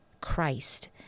Christ